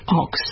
ox